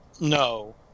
No